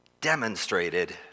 demonstrated